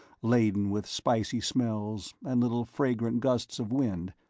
laden with spicy smells and little, fragrant gusts of wind,